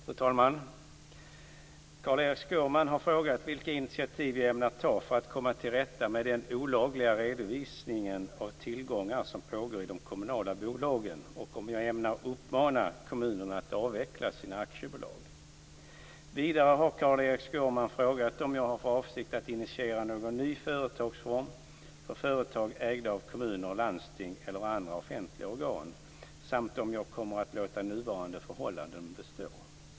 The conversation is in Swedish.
Fru talman! Carl-Erik Skårman har frågat vilka initiativ jag ämnar ta för att komma till rätta med den olagliga redovisning av tillgångar som pågår i de kommunala bolagen och om jag ämnar uppmana kommunerna att avveckla sina aktiebolag. Vidare har Carl-Erik Skårman frågat om jag har för avsikt att initiera någon ny företagsform för företag ägda av kommuner, landsting eller andra offentliga organ samt om jag kommer att låta nuvarande förhållanden bestå.